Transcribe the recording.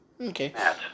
Okay